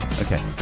Okay